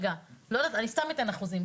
אני סתם אתן אחוזים,